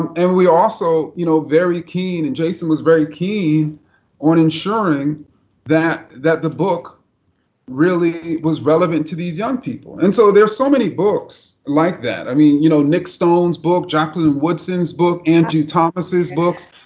um and also, you know, very keen, and jason was very keen on ensuring that that the book really was relevant to these young people. and so there's so many books like that. i mean, you know nick stone's book, jacqueline woodson's book, andrew thomas' books.